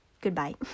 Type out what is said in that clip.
Goodbye